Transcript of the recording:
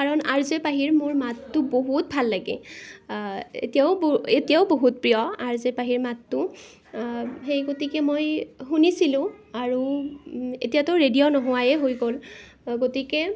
কাৰণ R J পাহিৰ মোৰ মাতটো বহুত ভাল লাগে তেওঁ এতিয়াও বহুত প্ৰিয় আৰ জে পাহিৰ মাতটো সেই গতিকে মই শুনিছিলো আৰু এতিয়াতো ৰেডিঅ' নোহোৱাই হৈ গ'ল গতিকে